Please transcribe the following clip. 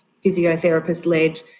Physiotherapist-led